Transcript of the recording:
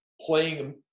playing